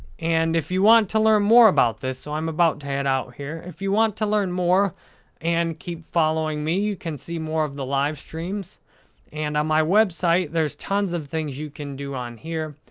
and, if you want to learn more about this, so i'm about to head out here. if you want to learn more and keep following me, you can see more of the live streams and on my website, there's tons of things you can do on here.